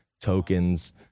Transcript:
tokens